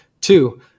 Two